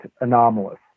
anomalous